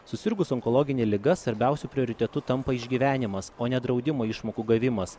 susirgus onkologine liga svarbiausiu prioritetu tampa išgyvenimas o ne draudimo išmokų gavimas